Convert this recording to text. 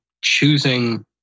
choosing